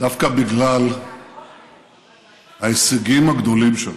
דווקא בגלל ההישגים הגדולים שלנו,